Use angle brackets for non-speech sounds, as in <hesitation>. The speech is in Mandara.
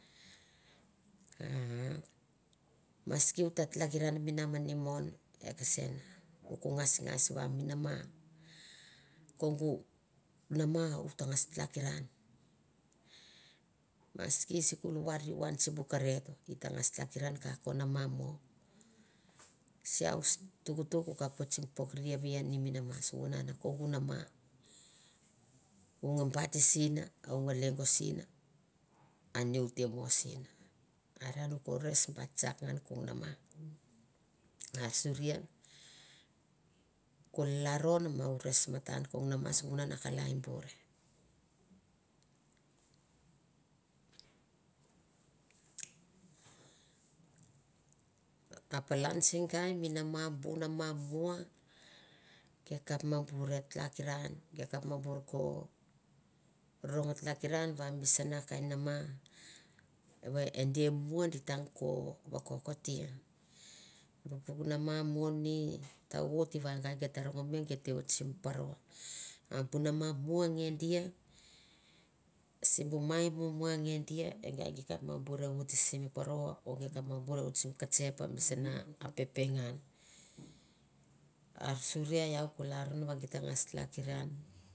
<hesitation> Maski u ta talakinan mi namani mon e kesna u ko ngasingasi va mi nama kongu nama u ta ngas talakinan maski isikul varirion ian sibu kereto i ta ngas tlakinan ka ko nama amo siau stuktuk u kap oti sin pok rivie ne mi nama sunan kongu nama u nga bati sin u nga lengo sina a ni u te mo sina. An suria ko laron ma u res matan kong nama suvuna a kalaie ure <noise> ta palan segai mi nama nama mua ge kapa ma bure e makinan ge kap ma bure ko rongo o tlakinan va mi sana kaina nama. Va e diamumua di tangko vakokotia bu puk mama mo ni ta oti va egai gai rongo mi gai te te oti sim paro ma bi nama mua nge dia sibu maimumuange dia gai gai kapa bura nge dia egai gai kapa bura nge oti sim poro o ge kap buaoti simi ketsep mi sana a pepe ngan an suria iau ko lalaron ava git ta ngas talakiran